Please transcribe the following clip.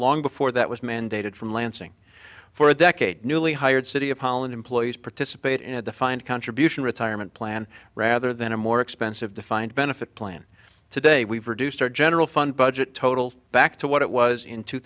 long before that was mandated from lansing for a decade newly hired city of holland employees participate in a defined contribution retirement plan rather than a more expensive defined benefit plan today we've reduced our general fund budget total back to what it was in two